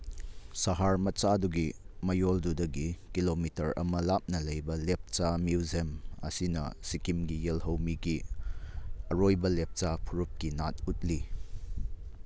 ꯁꯍꯔ ꯃꯆꯥꯗꯨꯒꯤ ꯃꯌꯣꯜꯗꯨꯗꯒꯤ ꯀꯤꯂꯣꯃꯤꯇꯔ ꯑꯃ ꯂꯥꯞꯅ ꯂꯩꯕ ꯂꯦꯞꯆꯥ ꯃ꯭ꯌꯨꯖꯤꯌꯝ ꯑꯁꯤꯅ ꯁꯤꯛꯀꯤꯝꯒꯤ ꯌꯦꯜꯍꯧꯃꯤꯒꯤ ꯑꯔꯣꯏꯕ ꯂꯦꯞꯆꯥ ꯐꯨꯔꯨꯞꯀꯤ ꯅꯥꯠ ꯎꯠꯂꯤ